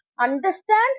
understand